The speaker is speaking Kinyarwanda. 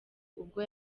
ubwo